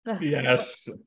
Yes